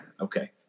Okay